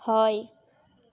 হয়